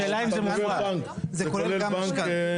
השאלה אם זה --- זה כולל בנק זה?